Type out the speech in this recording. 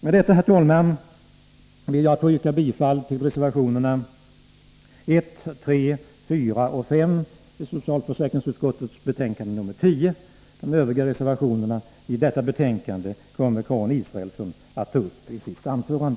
Med detta, herr talman, ber jag att få yrka bifall till reservationerna 1, 3,4 och 5 i socialförsäkringsutskottets betänkande 10. De övriga centerreservationerna i detta betänkande kommer Karin Israelsson att ta upp i sitt anförande.